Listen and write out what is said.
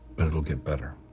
but it'll get better.